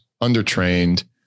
under-trained